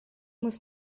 muss